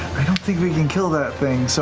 don't think we can kill that thing. so